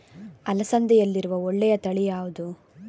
ಅಲಸಂದೆಯಲ್ಲಿರುವ ಒಳ್ಳೆಯ ತಳಿ ಯಾವ್ದು?